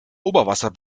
oberwasser